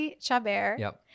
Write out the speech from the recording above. Chabert